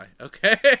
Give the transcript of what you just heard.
okay